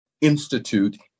institute